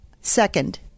Second